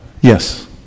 Yes